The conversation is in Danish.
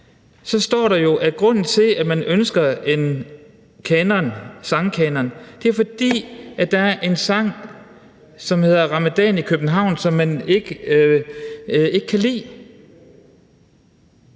står der jo, at grunden til, at man ønsker en sangkanon, er, at der er en sang, som hedder »Ramadan i København«, som man ikke kan lide.